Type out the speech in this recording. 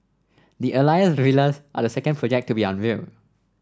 the Alias Villas are the second project to be unveiled